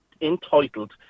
entitled